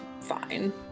fine